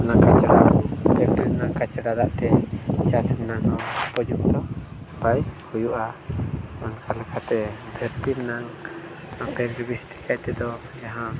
ᱞᱚᱞᱚ ᱪᱟᱵᱟᱜᱼᱟ ᱯᱷᱮᱠᱴᱨᱤ ᱨᱮᱱᱟᱜ ᱠᱟᱪᱨᱟ ᱫᱟᱜᱼᱛᱮ ᱪᱟᱥ ᱨᱮᱱᱟᱜ ᱩᱯᱚᱡᱩᱠᱛᱚ ᱵᱟᱭ ᱦᱩᱭᱩᱜᱼᱟ ᱚᱱᱠᱟ ᱞᱮᱠᱟᱛᱮ ᱫᱷᱟᱹᱨᱛᱤ ᱨᱮᱱᱟᱜ ᱚᱱᱟᱛᱮ ᱡᱟᱹᱥᱛᱤ ᱠᱟᱭ ᱛᱮᱫᱚ ᱡᱟᱦᱟᱸ